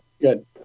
good